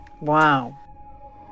Wow